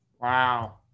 Wow